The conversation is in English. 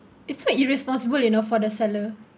it's what irresponsible you know for the seller